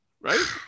Right